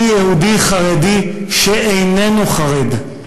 אני יהודי חרדי שאיננו חרד,